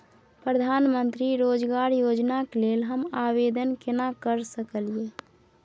प्रधानमंत्री रोजगार योजना के लेल हम आवेदन केना कर सकलियै?